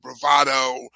bravado